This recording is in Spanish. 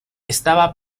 estaba